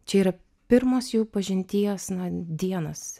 čia yra pirmos jų pažinties dienos